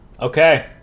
okay